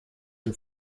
dem